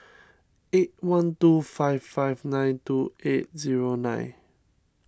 eight one two five five nine two eight zero nine